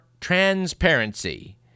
transparency